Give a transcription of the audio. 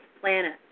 planet